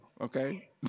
Okay